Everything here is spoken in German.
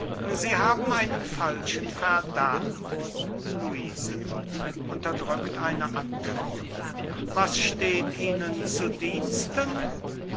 sie haben einen falschen verdacht luise unterdrückt eine antwort was steht ihnen zu diensten